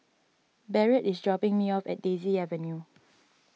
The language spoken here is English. Barrett is dropping me off at Daisy Avenue